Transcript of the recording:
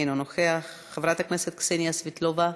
אינו נוכח, חברת הכנסת קסניה סבטלובה,